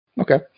okay